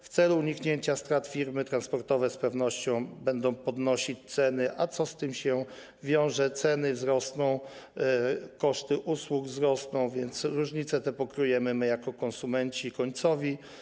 W celu uniknięcia strat firmy transportowe z pewnością będą podnosiły ceny, a co z tym się wiąże, ceny wzrosną, koszty usług wzrosną, więc różnice te pokryjemy my jako konsumenci końcowi.